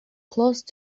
close